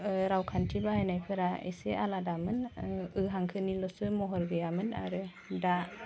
रावखान्थि बाहायनायफोरा एसे आलादामोन ओ हांखोनिल'सो महर गैयामोन आरो दा